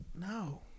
No